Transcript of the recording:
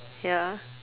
ya